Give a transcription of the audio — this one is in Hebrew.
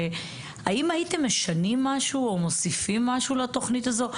האם הייתם משנים משהו או מוסיפים משהו לתוכנית הזו?